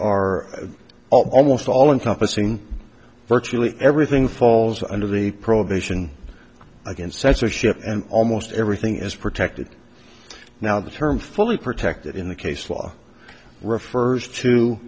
are almost all encompassing virtually everything falls under the prohibition against censorship and almost everything is protected now the term fully protected in the case law refers to